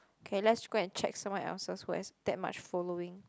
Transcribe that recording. okay let's go and check someone else's who has that much following